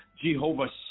Jehovah